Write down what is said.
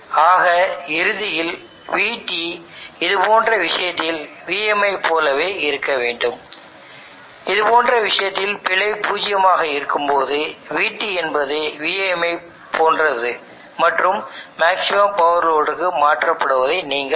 ஆக இறுதியில் Vt இதுபோன்ற விஷயத்தில் vm ஐப் போலவே இருக்க வேண்டும் இதுபோன்ற விஷயத்தில் பிழை பூஜ்ஜியமாக இருக்கும்போது vT என்பது vm ஐப் போன்றது மற்றும் மேக்ஸிமம் பவர் லோடுக்கு மாற்றப்படுவதை நீங்கள் காண்பீர்கள்